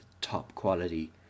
top-quality